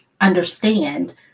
understand